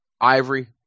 Ivory